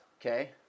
Okay